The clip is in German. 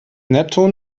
neptun